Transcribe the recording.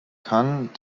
kann